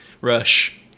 rush